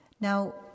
Now